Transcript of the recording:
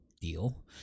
deal